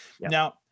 now